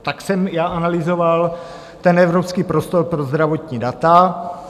Tak jsem já analyzoval ten Evropský prostor pro zdravotní data.